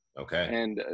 Okay